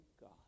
God